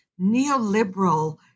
neoliberal